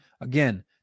again